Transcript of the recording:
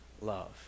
love